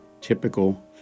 Typical